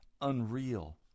unreal